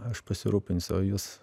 aš pasirūpinsiu o jūs